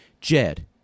Jed